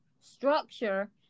structure